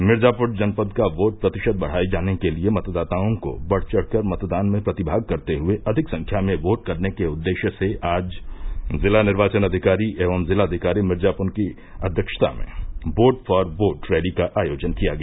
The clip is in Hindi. मिर्जाप्र जनपद का वोट प्रतिशत बढ़ाये जाने के लिये मतदाताओं को बढ़ चढ़ कर मतदान में प्रतिभाग करते हये अधिक संख्या में वोट करने के उद्देश्य से आज जिला निर्वाचन अधिकारी एवं जिलाधिकारी मिर्जाप्र की अध्यक्षता में बोट फार योट रैली का आयोजन किया गया